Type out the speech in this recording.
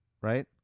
Right